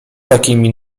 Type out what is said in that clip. takimi